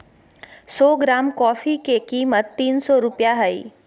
सो gram coffee के कीमत तीन सो रुपया हइ